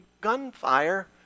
gunfire